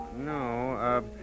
no